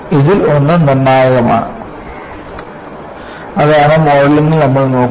ഇതിൽ ഒന്ന് നിർണായകമാണ് അതാണ് മോഡലിംഗിൽ നമ്മൾ നോക്കുന്നത്